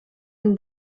une